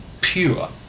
pure